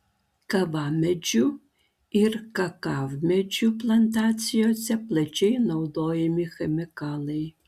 kavamedžių ir kakavmedžių plantacijose plačiai naudojami chemikalai